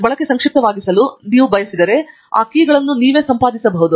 ಬಳಕೆಗೆ ಸಂಕ್ಷಿಪ್ತವಾಗಿಸಲು ನೀವು ಬಯಸಿದರೆ ನಂತರ ಆ ಕೀಗಳನ್ನು ನೀವು ಸಂಪಾದಿಸಬಹುದು